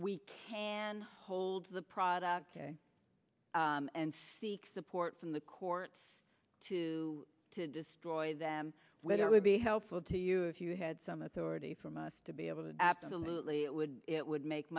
we can hold the product and seek support from the courts to to destroy them whether it would be helpful to you if you had some authority from us to be able to absolutely it would it would make